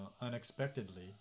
unexpectedly